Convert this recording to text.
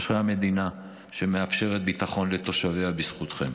אשרי המדינה שמאפשרת ביטחון לתושביה בזכותכם.